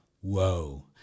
whoa